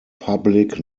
public